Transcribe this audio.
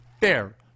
Fair